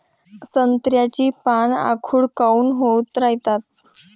संत्र्याची पान आखूड काऊन होत रायतात?